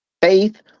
Faith